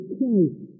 Christ